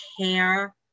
care